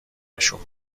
نشون